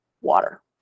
water